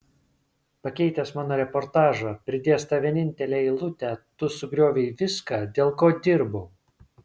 pakeitęs mano reportažą pridėjęs tą vienintelę eilutę tu sugriovei viską dėl ko dirbau